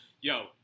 Yo